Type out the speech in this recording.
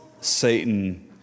Satan